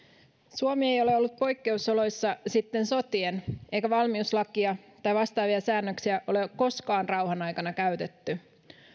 suomi ei ole ollut poikkeusoloissa sitten sotien eikä valmiuslakia tai vastaavia säädöksiä ole koskaan rauhan aikana käytetty